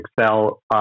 excel